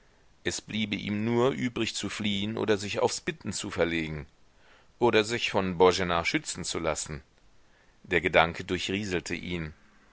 es bliebe ihm nur übrig zu fliehen oder sich aufs bitten zu verlegen oder sich von boena schützen zu lassen der gedanke durchrieselte ihn